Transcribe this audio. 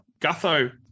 Gutho